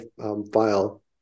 file